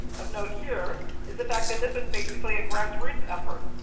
of note here is the fact that this is basically a grassroots effort,